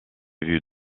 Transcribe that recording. vus